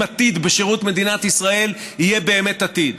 שעתיד בשירות מדינת ישראל יהיה באמת עתיד,